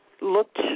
looked